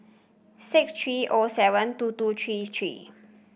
six three O seven two two three three